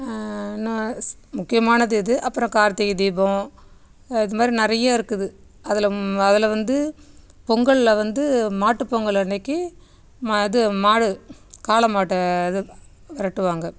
ந முக்கியமானது இது அப்புறம் கார்த்திகை தீபம் அதுமாதிரி நிறைய இருக்குது அதில் அதில் வந்து பொங்கல்ல வந்து மாட்டு பொங்கல் அன்னைக்கு ம இது மாடு காளை மாட்டை அது விரட்டுவாங்கள்